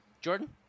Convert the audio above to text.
jordan